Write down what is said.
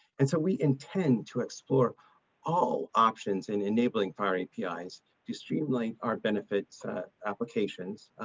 and so we intend to explore all options and enabling firing api's to streamline aren't benefits applications.